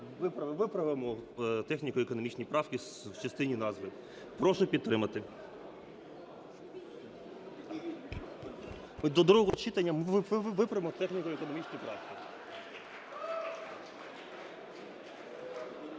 виправимо техніко-економічні правки в частині назви. Прошу підтримати. До другого читання ми виправимо техніко-економічні правки.